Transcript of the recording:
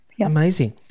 Amazing